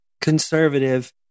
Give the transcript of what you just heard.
conservative